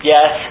Yes